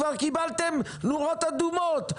כבר קיבלתם נורות אדומות.